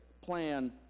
plan